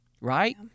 Right